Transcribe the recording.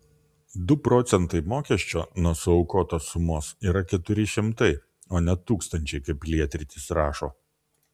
du procentai mokesčio nuo suaukotos sumos yra keturi šimtai o ne tūkstančiai kaip lietrytis rašo